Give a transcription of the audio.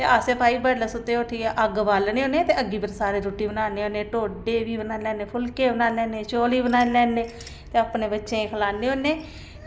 ते असें भई बड्डलै सुत्ते दे उट्ठियै अग्ग बालन्ने होन्ने ते अग्गी पर सारे रुट्टी बनान्ने होन्ने ढोड्डे बी बनान्ने होन्ने फुलके बी बनान्ने होन्ने चौल बी बनाई लैन्ने ते अपने बच्चें गी खलान्नै होन्ने